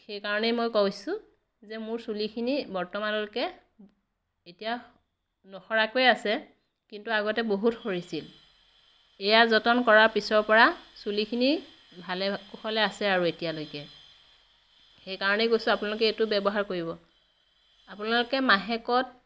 সেই কাৰণেই মই কৈছোঁ যে মোৰ চুলিখিনি বৰ্তমানলৈকে এতিয়া নসৰাকৈ আছে কিন্তু আগতে বহুত সৰিছিল এয়া যতন কৰাৰ পিছৰ পৰা চুলিখিনি ভালে কুশলে আছে আৰু এতিয়ালৈকে সেই কাৰণেই কৈছোঁ আপোনালোকে এইটো ব্য়ৱহাৰ কৰিব আপোনালোকে মাহেকত